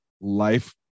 life